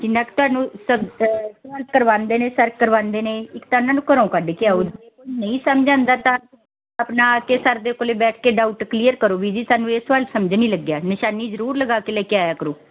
ਜਿੰਨਾ ਕੁ ਤੁਹਾਨੂੰ ਸਰ ਸਵਾਲ ਕਰਵਾਉਂਦੇ ਨੇ ਸਰ ਕਰਵਾਉਂਦੇ ਨੇ ਇੱਕ ਤਾਂ ਉਹਨਾਂ ਨੂੰ ਘਰੋਂ ਕੱਢ ਕੇ ਆਉ ਜੇ ਕੋਈ ਨਹੀਂ ਸਮਝ ਆਉਂਦਾ ਤਾਂ ਆਪਣਾ ਆ ਕੇ ਸਰ ਦੇ ਕੋਲ ਬੈਠ ਕੇ ਡਾਊਟ ਕਲੀਅਰ ਕਰੋ ਵੀ ਜੀ ਸਾਨੂੰ ਇਹ ਸਵਾਲ ਸਮਝ ਨਹੀਂ ਲੱਗਿਆ ਨਿਸ਼ਾਨੀ ਜ਼ਰੂਰ ਲਗਾ ਕੇ ਲੈ ਕੇ ਆਇਆ ਕਰੋ